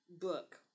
book